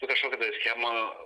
nu kažkokia tai schema